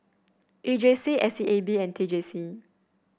E J C S A B and T J C